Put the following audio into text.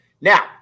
Now